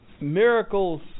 miracles